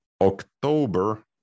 October